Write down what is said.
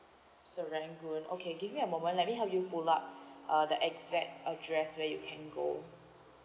serangoon okay give me a moment let me help you pull out uh the exact address where you can go